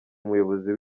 umuyobozi